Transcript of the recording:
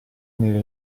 nelle